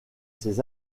ses